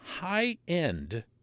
High-end